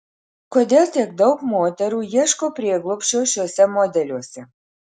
kodėl tiek daug moterų ieško prieglobsčio šiuose modeliuose